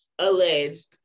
alleged